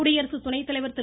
குடியரசு துணைத்தலைவர் திரு